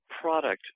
product